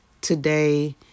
today